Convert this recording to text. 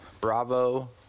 Bravo